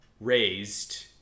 raised